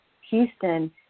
Houston